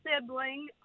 sibling